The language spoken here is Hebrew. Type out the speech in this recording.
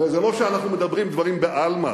הרי זה לא שאנחנו מדברים דברים בעלמא.